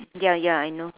ya ya I know